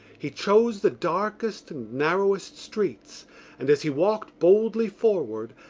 he chose the darkest and narrowest streets and, as he walked boldly forward,